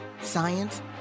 science